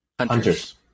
Hunters